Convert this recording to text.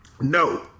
No